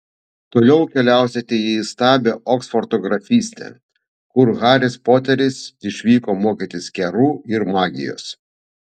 toliau keliausite į įstabią oksfordo grafystę kur haris poteris išvyko mokytis kerų ir magijos